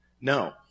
No